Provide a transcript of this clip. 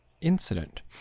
incident